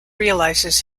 realizes